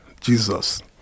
Jesus